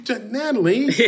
Natalie